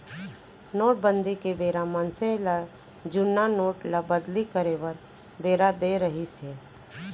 नोटबंदी के बेरा मनसे ल जुन्ना नोट ल बदली करे बर बेरा देय रिहिस हे